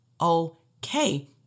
okay